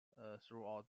throughout